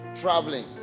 traveling